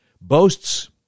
boasts